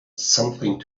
something